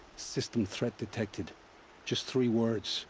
system threat detected just three words